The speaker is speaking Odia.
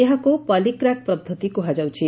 ଏହାକୁ ପଲିକ୍ରାକ୍ ପବ୍ବତି କୁହାଯାଉଛି